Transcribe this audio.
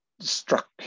struck